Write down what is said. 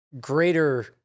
greater